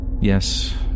Yes